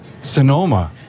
sonoma